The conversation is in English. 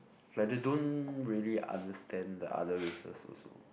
like they don't really understand the other races also